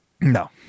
No